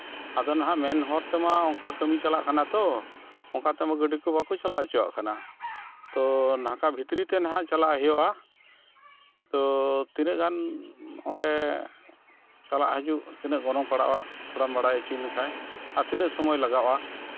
ᱟᱫᱚᱱᱟᱦᱟᱜ ᱢᱮᱱ ᱦᱚᱨ ᱛᱮᱢᱟ ᱚᱱᱠᱟ ᱠᱟᱹᱢᱤ ᱪᱟᱞᱟᱜ ᱠᱟᱱᱟ ᱛᱚ ᱚᱱᱠᱟ ᱛᱮᱢᱟ ᱜᱟᱹᱰᱤ ᱠᱚ ᱵᱟᱠᱚ ᱪᱟᱞᱟᱣ ᱦᱚᱪᱚᱣᱟᱜ ᱠᱟᱱᱟ ᱛᱚ ᱱᱟᱝᱠᱟ ᱵᱷᱤᱛᱨᱤ ᱛᱮ ᱦᱟᱸᱜ ᱪᱟᱞᱟᱜ ᱦᱩᱭᱩᱜᱼᱟ ᱛᱚ ᱛᱤᱱᱟᱹᱜ ᱜᱟᱱ ᱚᱸᱰᱮ ᱪᱟᱞᱟᱜ ᱦᱤᱡᱩᱜ ᱛᱤᱱᱟᱹᱜ ᱜᱚᱱᱚᱝ ᱯᱟᱲᱟᱜᱼᱟ ᱛᱷᱚᱲᱟᱢ ᱵᱟᱲᱟᱭ ᱦᱚᱪᱚᱧ ᱞᱮᱠᱷᱟᱱ ᱟᱨ ᱛᱤᱱᱟᱹᱜ ᱥᱚᱢᱚᱭ ᱞᱟᱜᱟᱜᱼᱟ